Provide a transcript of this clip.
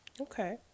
Okay